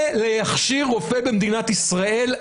להכשיר רופא במדינת ישראל,